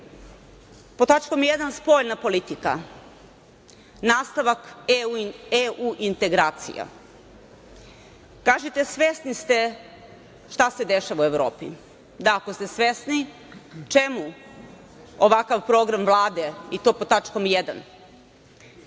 tačkom jedan - spoljna politika, nastavak EU integracija, kažete svesni ste šta se dešava u Evropi, ako ste svesni čemu ovakav program Vlade i to pod tačkom